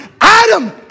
Adam